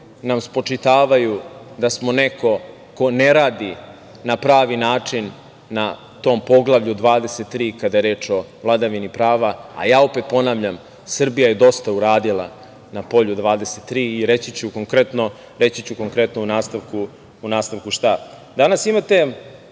nam spočitavaju da smo neko ko ne radi na pravi način na tom Poglavlju 23 kada je reč o vladavini prava, a ja opet ponavljam Srbija je dosta uradila na polju 23 i reći ću konkretno, reći ću konkretno u nastavku šta. Danas imate